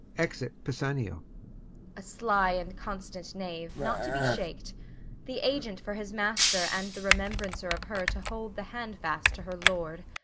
exit pisanio a sly and constant knave, not to be shak'd the agent for his master, and the remembrancer of her to hold the hand-fast to her lord.